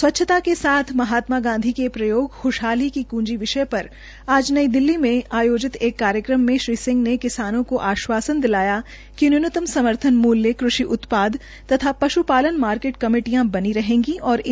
स्वच्छता के साथ महात्मा गांधी के प्रयोग ख्शहाली की कूंजी विषय पर आज दिल्ली में आयोजित एक कार्यक्रम में श्री सिह ने किसानों को आश्वासन दिलाया कि न्यूनतम समर्थन मूल्य कृषि उत्पाद तथा पश्पालन मार्किट कमेटिया बनी रहेगी और